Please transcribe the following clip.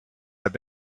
have